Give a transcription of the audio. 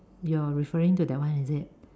you're referring to that one is it